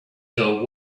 till